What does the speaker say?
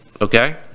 Okay